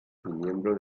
miembro